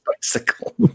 bicycle